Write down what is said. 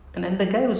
mm